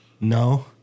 No